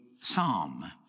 psalm